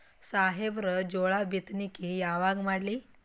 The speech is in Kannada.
ಸಾಹೇಬರ ಜೋಳ ಬಿತ್ತಣಿಕಿ ಯಾವಾಗ ಮಾಡ್ಲಿ?